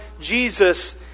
Jesus